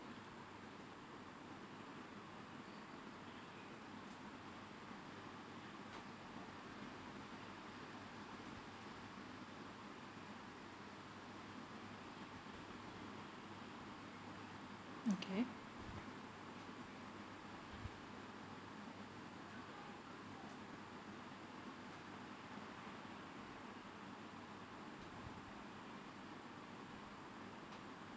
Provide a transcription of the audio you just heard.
okay